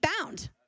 bound